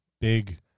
big